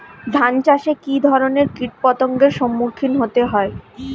ধান চাষে কী ধরনের কীট পতঙ্গের সম্মুখীন হতে হয়?